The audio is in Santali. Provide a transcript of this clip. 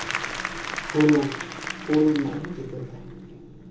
ᱦᱩᱲᱩ ᱦᱩᱲᱩ ᱨᱮᱱᱟᱜ ᱦᱚᱸ ᱪᱤᱛᱟᱹᱨ ᱛᱟᱦᱮᱱᱟ